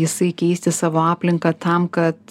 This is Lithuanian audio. jisai keisti savo aplinką tam kad